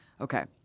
Okay